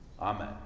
Amen